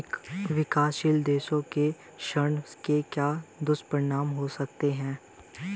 विकासशील देशों के ऋण के क्या दुष्परिणाम हो सकते हैं?